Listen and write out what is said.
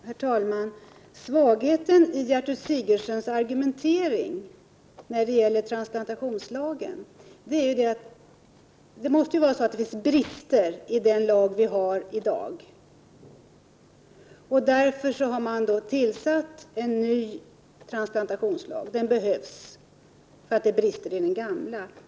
Herr talman! Svagheten i Gertrud Sigurdsens argumentering när det gäller transplantationslagen är följande. Det måste vara så att det finns brister i den lag som vi i dag har. Därför har man tillsatt en utredning om en ny transplantationslag. Den behövs, därför att det är brister i den gamla.